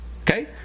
Okay